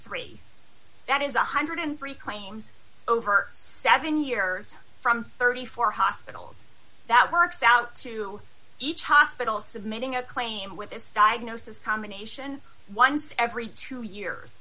three that is one hundred and three claims over seven years from thirty four hospitals that works out to each hospital submitting a claim with this diagnosis combination once every two years